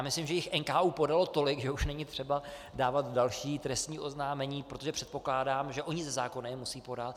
Myslím, že jich NKÚ podal tolik, že už není třeba dávat další trestní oznámení, protože předpokládám, že oni je ze zákona musí podat.